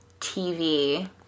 tv